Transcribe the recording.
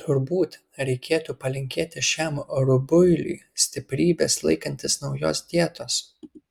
turbūt reikėtų palinkėti šiam rubuiliui stiprybės laikantis naujos dietos